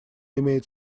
имеет